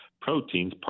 proteins